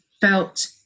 felt